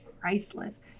priceless